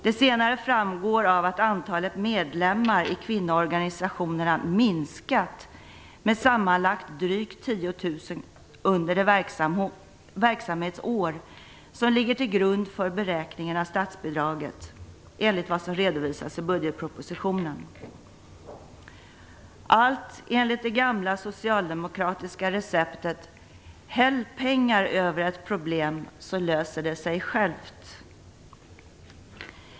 Det senare framgår av att antalet medlemmar i kvinnoorganisationerna har minskat med sammanlagt drygt 10 000 under det verksamhetsår som ligger till grund för beräkningen av statsbidraget, enligt vad som redovisas i budgetpropositionen. Allt sker enligt det gamla socialdemokratiska receptet: Häll pengar över ett problem så löser det sig självt!